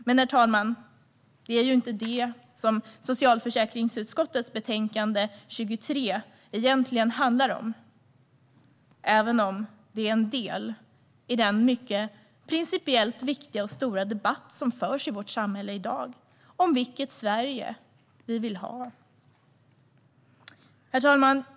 Men det är ju inte det socialförsäkringsutskottets betänkande 23 egentligen handlar om, herr talman, även om det är en del i den principiellt mycket viktiga och stora debatt som förs i vårt samhälle i dag om vilket Sverige vi vill ha. Herr talman!